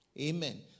Amen